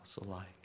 alike